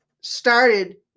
started